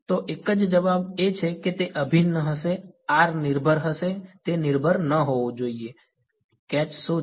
તો એક જવાબ એ છે કે તે અભિન્ન હશે r નિર્ભર હશે તે નિર્ભર ન હોવું જોઈએ કેચ શું છે